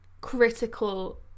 critical